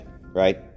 right